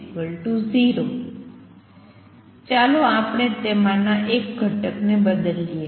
ચાલો આપણે તેમાંના એક ઘટકને બદલીએ